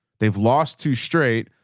they've lost two straight.